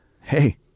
hey